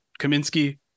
Kaminsky